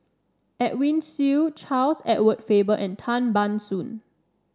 Edwin Siew Charles Edward Faber and Tan Ban Soon